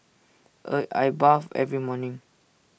I I bathe every morning